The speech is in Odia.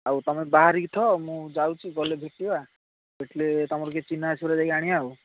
ଆଉ ତୁମେ ବାହାରିକି ଥାଅ ମୁଁ ଯାଉଛି ଗଲେ ଭେଟିବା ଭେଟିଲେ ତୁମର କିଏ ଚିହ୍ନା ଅଛି ପରା ଯାଇକି ଆଣିବା ଆଉ